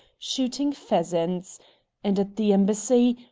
shooting pheasants and at the embassy,